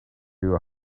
you